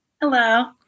Hello